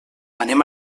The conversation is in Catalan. anem